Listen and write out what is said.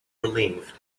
relieved